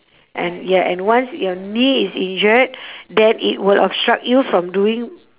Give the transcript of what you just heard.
and ya and once your knee is injured then it will obstruct you from doing